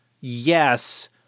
yes